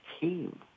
team